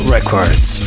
Records